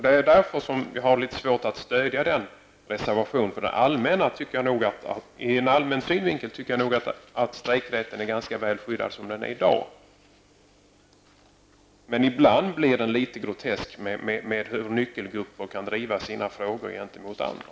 Det är av den anledningen som vi har litet svårt att stödja reservationen. Allmänt sett menar jag att strejkrätten är ganska väl skyddad i dag. Men ibland blir det litet groteskt när man ser hur nyckelgrupper kan driva sina frågor gentemot andra.